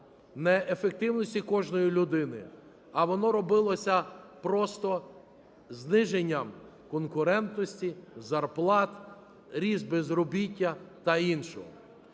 не ефективністю кожної людини, а воно робилося просто зниженням конкурентності зарплат, ріст безробіття та іншого.